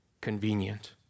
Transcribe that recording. convenient